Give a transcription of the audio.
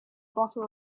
bottle